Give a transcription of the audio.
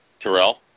Terrell